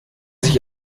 sich